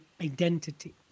identity